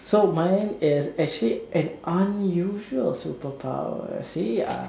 so mine is actually an unusual superpower see ah